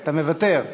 מוותר.